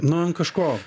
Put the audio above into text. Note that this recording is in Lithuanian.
nu an kažko